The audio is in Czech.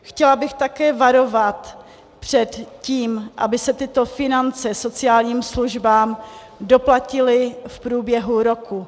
Chtěla bych také varovat před tím, aby se tyto finance sociálním službám doplatily v průběhu roku.